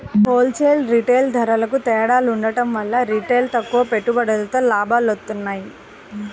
whole sale, retail ధరలకూ తేడా ఉండటం వల్ల రిటైల్లో తక్కువ పెట్టుబడితో లాభాలొత్తన్నాయి